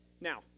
Now